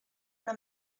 una